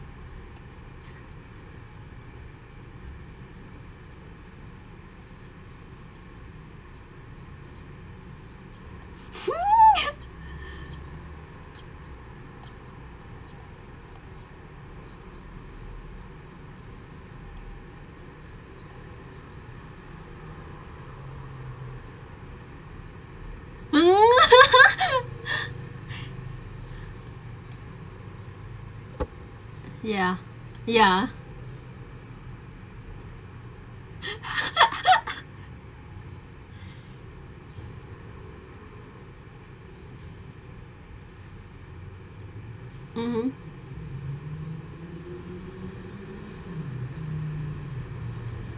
mm ya ya mmhmm